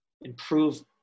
improve